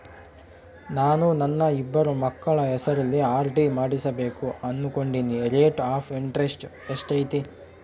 ನಾನು ನನ್ನ ಇಬ್ಬರು ಮಕ್ಕಳ ಹೆಸರಲ್ಲಿ ಆರ್.ಡಿ ಮಾಡಿಸಬೇಕು ಅನುಕೊಂಡಿನಿ ರೇಟ್ ಆಫ್ ಇಂಟರೆಸ್ಟ್ ಎಷ್ಟೈತಿ?